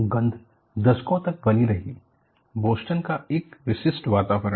गंध दशकों तक बनी रही बोस्टन का एक विशिष्ट वातावरण